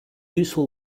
useful